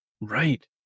Right